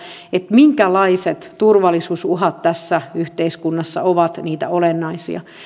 minkälaiset turvallisuusuhat tässä yhteiskunnassa ovat niitä olennaisia